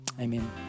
Amen